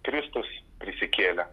kristus prisikėlė